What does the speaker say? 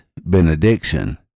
benediction